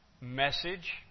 message